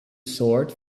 sword